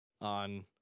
on